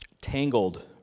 tangled